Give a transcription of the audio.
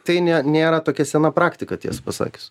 tai ne nėra tokia sena praktika tiesą pasakius